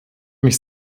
mich